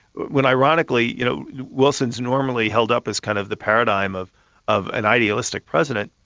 when ironically you know wilson is normally held up as kind of the paradigm of of an idealistic president.